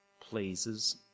pleases